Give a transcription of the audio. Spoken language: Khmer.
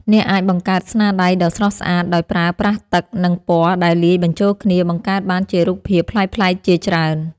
អ្នកអាចបង្កើតស្នាដៃដ៏ស្រស់ស្អាតដោយប្រើប្រាស់ទឹក និង ពណ៌ដែលលាយបញ្ចូលគ្នាបង្កើតបានជារូបភាពប្លែកៗជាច្រើន។